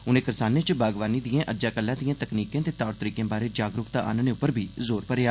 उनें करसानें च बागवानी दिएं अज्जै कल्लै दिएं तकनीकें ते तौर तरीकें बारे जागरूकता आन्नने उप्पर बी जोर भरेआ